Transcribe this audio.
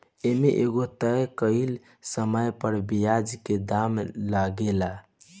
ए में एगो तय कइल समय पर ब्याज के दाम लागेला